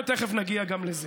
ותכף נגיע גם לזה,